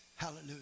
Hallelujah